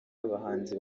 abahanzi